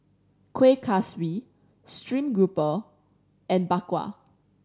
Kueh Kaswi stream grouper and Bak Kwa